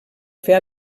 fer